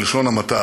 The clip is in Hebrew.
בלשון המעטה,